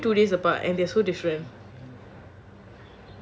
ya they are only two days apart and they're so different